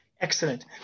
Excellent